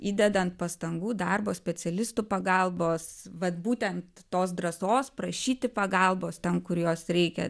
įdedant pastangų darbo specialistų pagalbos vat būtent tos drąsos prašyti pagalbos ten kur jos reikia